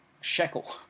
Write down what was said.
shekel